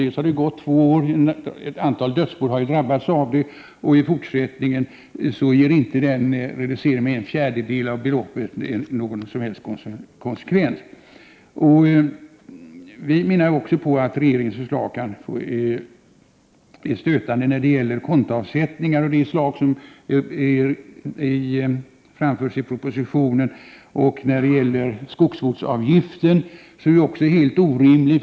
Det har gått 1 1/2 år och ett antal dödsbon har drabbats av detta, och i fortsättningen ger inte en reducering med en fjärdedel av beloppet full kompensation. Vi menar också att regeringens förslag kan bli stötande när det gäller kontoavsättningar av det slag som angavs i propositionen. Också skogsvårdsavgiften är helt orimlig.